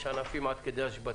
יש ענפים שהגיעו עד כדי השבתה,